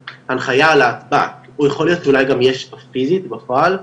הנחיה להטב"ק או יכול להיות שאולי יש גם פיזית בפועל,